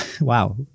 wow